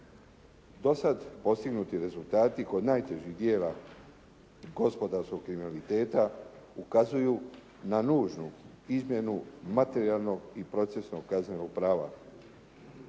Dosada postignuti rezultati kod najtežih djela gospodarskog kriminaliteta ukazuju na nužnu izmjenu materijalnog i procesnog kaznenog prava